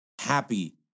happy